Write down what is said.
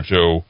Joe